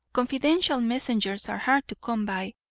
confidential messengers are hard to come by,